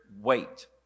wait